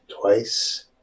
twice